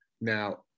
Now